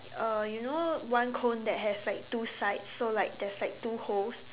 uh you know one cone that has like two sides so like there's like two holes